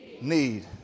need